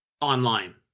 online